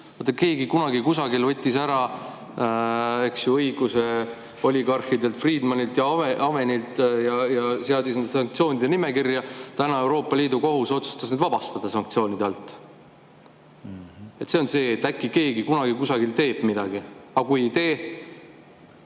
keegi kunagi kusagil võttis ära, eks ju, [teatud] õigused oligarhidelt Fridmanilt ja Avenilt ja seadis nad sanktsioonide nimekirja. Täna Euroopa Liidu Kohus otsustas nad vabastada sanktsioonide alt. See on see, et äkki keegi kunagi kusagil teeb midagi. Aga kui ei tee?